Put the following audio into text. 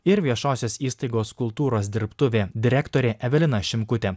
ir viešosios įstaigos kultūros dirbtuvė direktorė evelina šimkutė